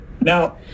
now